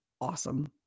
awesome